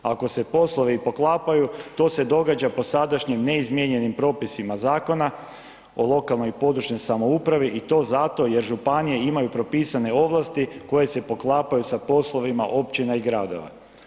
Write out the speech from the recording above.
Ako se poslovi i poklapaju, to se događa po sadašnjim neizmijenjenim propisima Zakona o lokalnoj i područnoj samoupravi i to zato jer županije imaju propisane ovlasti koje se poklapaju s poslovima općina i gradova.